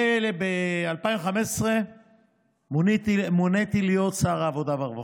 וב-2015 מוניתי להיות שר העבודה והרווחה.